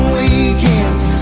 weekends